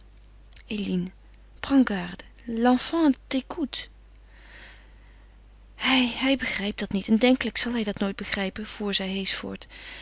t'écoute hij hij begrijpt dat niet en denkelijk zal hij dat nooit begrijpen voer zij heesch